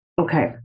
Okay